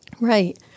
right